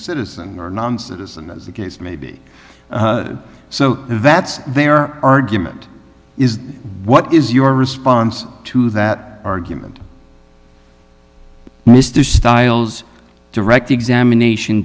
citizen or non citizen as the case may be so that's their argument is what is your response to that argument mr stiles direct examination